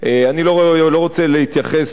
לא פירשתי.